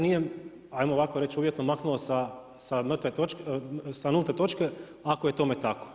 nije ajmo ovako reći uvjetno, maknuo sa nulte točke ako je tome tako?